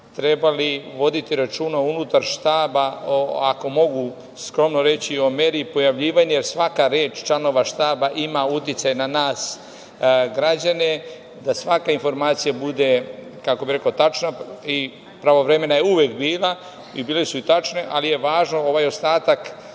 trebali voditi računa unutar štaba, ako mogu skromno reći i o meri pojavljivanja, jer svaka reč članova štaba ima uticaj na nas građane, da svaka informacija bude tačna. Pravovremena je uvek bila, bile su i tačne, ali je važno ovaj ostatak